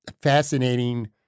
fascinating